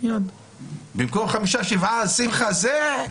במקום חמישה, שבעה, שמחה זה?